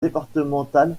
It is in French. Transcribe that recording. départementale